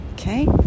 Okay